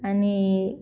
आनी